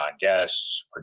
guests